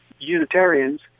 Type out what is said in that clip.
Unitarians